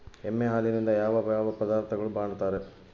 ಎಮ್ಮೆ ಹಾಲಿನಿಂದ ಯಾವ ಯಾವ ಪದಾರ್ಥಗಳು ಮಾಡ್ತಾರೆ?